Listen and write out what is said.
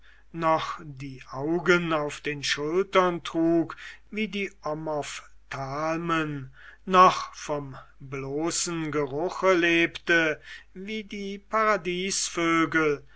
noch die augen auf den schultern trug wie die omophthalmen noch vom bloßen geruche lebte wie die